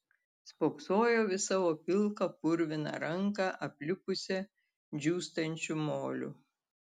spoksojau į savo pilką purviną ranką aplipusią džiūstančių moliu